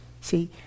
See